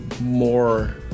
more